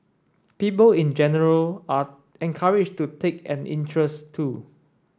people in general are encouraged to take an interest too